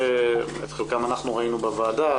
שאת חלקם אנחנו ראינו בוועדה,